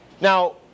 Now